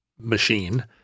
machine